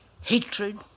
hatred